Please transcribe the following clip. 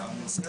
הנושא